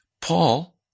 Paul